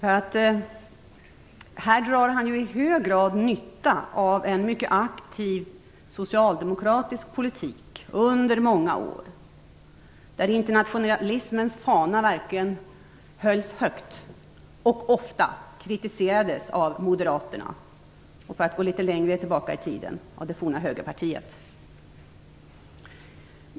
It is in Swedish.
Han har härvidlag i hög grad nytta av en mångårig mycket aktiv socialdemokratisk politik, där internationalismens fana verkligen hölls högt, vilket dock ofta kritiserades av Moderaterna och, för att gå litet längre tillbaka i tiden, det forna Högerpartiet.